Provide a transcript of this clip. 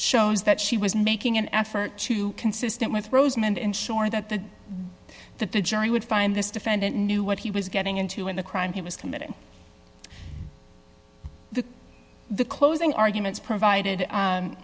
shows that she was making an effort to consistent with rosemond ensure that the that the jury would find this defendant knew what he was getting into when the crime he was committing the closing arguments provided